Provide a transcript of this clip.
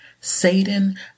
Satan